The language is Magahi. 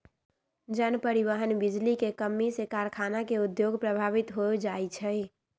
जन, परिवहन, बिजली के कम्मी से कारखाना के उद्योग प्रभावित हो जाइ छै